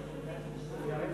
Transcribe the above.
יריב